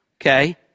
Okay